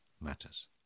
matters